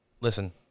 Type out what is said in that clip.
listen